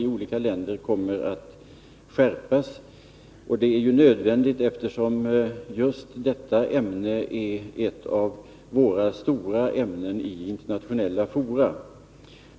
Uppmärksamheten kommer att skärpas på denna punkt, och det är nödvändigt, eftersom just detta ämne är ett av våra stora ämnen i internationella fora.